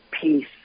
peace